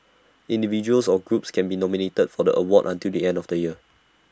individuals or groups can be nominated for the award until the end of the year